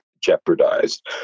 jeopardized